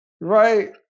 right